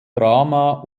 drama